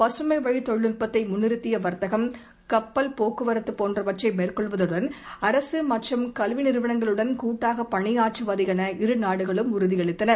பசுமை வழி தொழில் நட்பத்தை முன்னிறத்திய வர்த்தகம் கப்பல் போக்குவரத்து போன்றவற்றை மேறகொள்ளுவதுடன் அரசு மற்றும் கல்வி நிறுவனங்களுடன் கூட்டாக பணியாற்றுவது என இரு நாடுகளும் உறுதியளித்தன